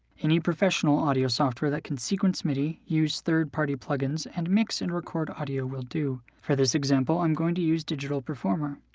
any professional audio software that can sequence midi, use third-party plug-ins, and mix and record audio will do for this example, i'm going to use digital performer.